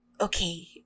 Okay